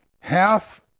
half